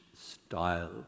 style